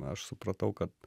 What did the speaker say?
aš supratau kad